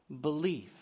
belief